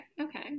okay